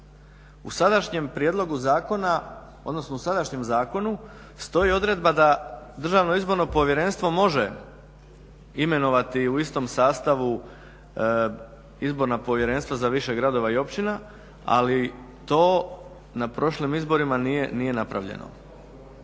U sadašnjem prijedlogu zakona, odnosno u sadašnjem zakonu stoji odredba da Državno izborno povjerenstvo može imenovati u istom sastavu izborna povjerenstva za više gradova ili općina ali to na prošlim izborima nije napravljeno.